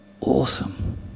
awesome